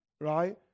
right